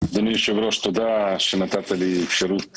אדוני היושב-ראש, תודה שנתת לי אפשרות